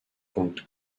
punkte